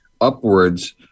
upwards